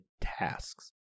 tasks